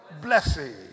Blessing